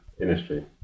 industry